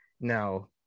now